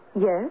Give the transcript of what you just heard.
Yes